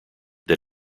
that